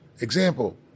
example